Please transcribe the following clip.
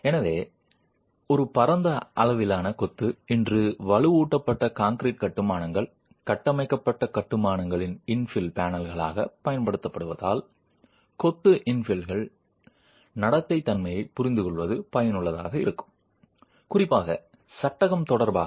எனவே ஒரு பரந்த அளவிலான கொத்து இன்று வலுவூட்டப்பட்ட கான்கிரீட் கட்டுமானங்கள் கட்டமைக்கப்பட்ட கட்டுமானங்களில் இன்ஃபில் பேனல்களாகப் பயன்படுத்தப்படுவதால் கொத்து இன்ஃபிலின் நடத்தைதன்மையைப் புரிந்துகொள்வது பயனுள்ளதாக இருக்கும் குறிப்பாக சட்டகம் தொடர்பாக